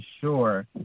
sure